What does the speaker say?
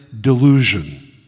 delusion